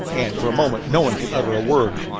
and for a moment no one could utter a word.